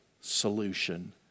solution